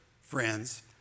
friends